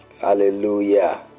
hallelujah